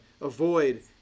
avoid